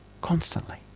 Constantly